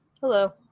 Hello